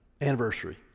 anniversary